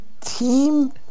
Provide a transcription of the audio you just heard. team